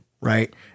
right